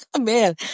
Man